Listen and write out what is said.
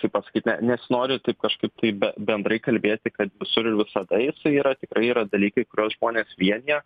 kaip pasakyt ne nesinori taip kažkaip tai be bendrai kalbėti kad visur ir visada jisai yra tikrai yra dalykai kuriuos žmones vienija